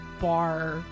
bar